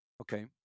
Okay